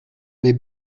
mes